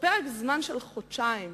בפרק זמן של חודשיים